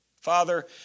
father